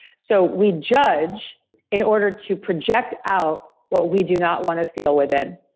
so we judge in order to project out what we do not want to feel within,